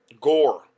Gore